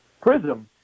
prism